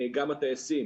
גם הטייסים